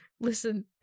Listen